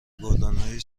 گلدانهای